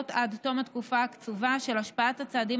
עד תום התקופה הקצובה של בדיקת השפעת הצעדים